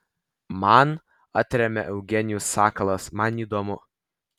man atremia eugenijus sakalas man įdomu